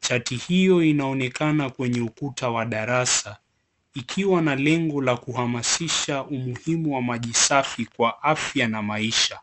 ,chati hiyo inaonekana kwenye ukuta wa darasa ikiwa na lengo la kuhamasisha umuhimu wa maji safi kwa afya na maisha.